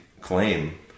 claim